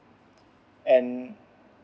and